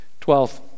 Twelfth